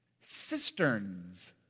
Cisterns